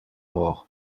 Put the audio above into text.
morts